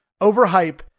overhype